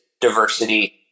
diversity